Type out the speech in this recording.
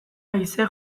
aise